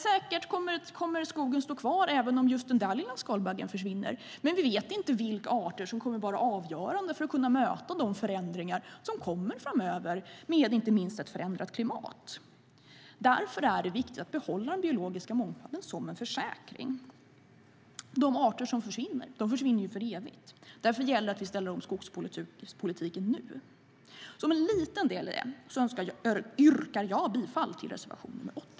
Säkert kommer skogen att stå kvar även om just den där lilla skalbaggen försvinner, men vi vet inte vilka arter som kommer att vara avgörande för att vi ska kunna möta de förändringar som kommer framöver med inte minst ett förändrat klimat. Därför är det viktigt att behålla den biologiska mångfalden som en försäkring. De arter som försvinner gör det för evigt. Därför gäller det att vi ställer om skogspolitiken nu. Som en liten del i det yrkar jag bifall till reservation 8.